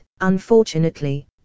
unfortunately